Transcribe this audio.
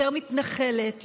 יותר מתנחלת,